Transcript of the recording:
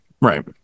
right